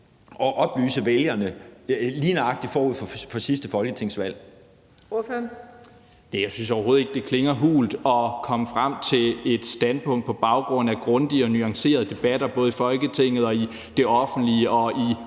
at oplyse vælgerne lige nøjagtig forud for sidste folketingsvalg?